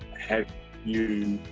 have you